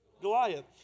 Goliath